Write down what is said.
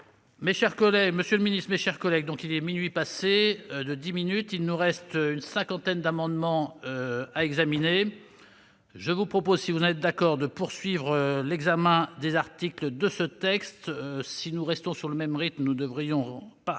mes chers collègues, il est minuit passé de dix minutes. Il nous reste une cinquantaine d'amendements à examiner. Je vous propose, si vous en êtes d'accord, de poursuivre l'examen des articles de ce texte. Si nous restons sur le même rythme, nous devrions